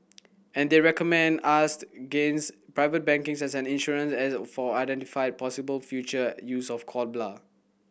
and they recommend private banking as an insurance as or for unidentified possible future use of cord blood